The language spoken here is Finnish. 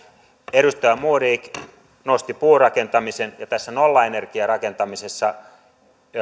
edustaja modig nosti puurakentamisen ja tässä nollaenergiarakentamisessa